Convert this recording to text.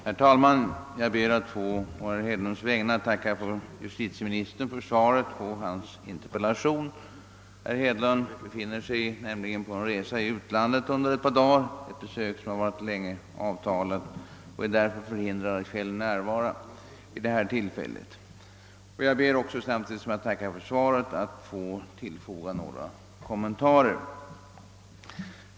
Herr talman! På herr Hedlunds vägnar ber jag att få tacka justitieministern för svaret på interpellationen. Herr Hedlund befinner sig nämligen på resa i utlandet några dagar, en resa som länge har varit bestämd, och därför är han förhindrad att själv närvara vid detta tillfälle. Samtidigt som jag framför detta tack ber jag också att få tillfoga några kommentarer.